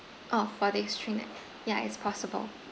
oh four days three nights yeah it's possible